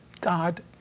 God